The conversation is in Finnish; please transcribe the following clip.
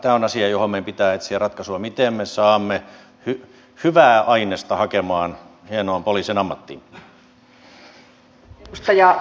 tämä on asia johon meidän pitää etsiä ratkaisua miten me saamme hyvää ainesta hakemaan hienoon poliisin ammattiin